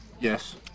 Yes